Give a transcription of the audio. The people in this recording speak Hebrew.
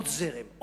עוד זרם,